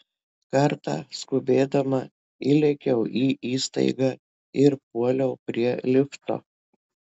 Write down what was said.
kartą skubėdama įlėkiau į įstaigą ir puoliau prie lifto